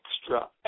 extra